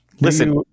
Listen